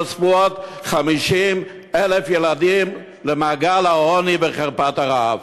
נוספו עוד 50,000 ילדים למעגל העוני וחרפת הרעב.